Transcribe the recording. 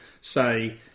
say